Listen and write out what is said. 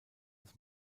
des